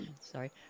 sorry